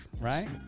right